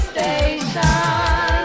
Station